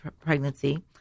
pregnancy